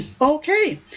Okay